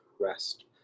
rest